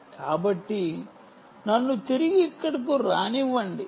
కాబట్టి నన్ను తిరిగి ఇక్కడకు రానివ్వండి